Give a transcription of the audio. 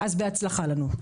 אז בהצלחה לנו.